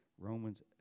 Romans